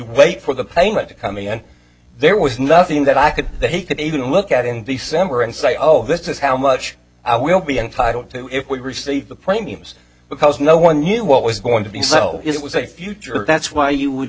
wait for the payment to come in and there was nothing that i could that he could even look at in the center and say oh this is how much i will be entitled to receive the premiums because no one knew what was going to be so it was a future that's why you would